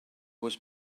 was